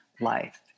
life